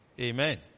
Amen